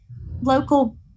local